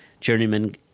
journeyman